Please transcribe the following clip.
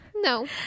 No